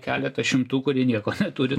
keletą šimtų kurie nieko neturi